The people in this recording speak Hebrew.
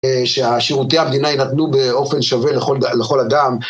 שהשירותי המדינה יינתנו באופן שווה לכל אדם.